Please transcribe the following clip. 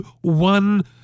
one